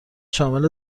شامل